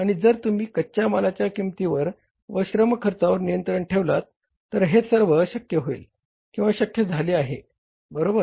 आणि जर तुम्ही कच्या मालाच्या किंमतीवर व श्रम खर्चावर नियंत्रण ठेवलात तर हे सर्व शक्य होईल किंवा शक्य झाले आहे बरोबर